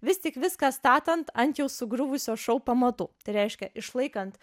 vis tik viską statant ant jau sugriuvusio šou pamatų tai reiškia išlaikant